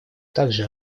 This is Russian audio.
также